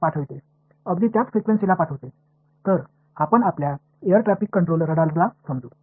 அவை ஒற்றை அதிர்வெண் அலைகளை அனுப்புகின்றன விமான போக்குவரத்து கட்டுப்பாட்டு ரேடார் களை சொல்லலாம்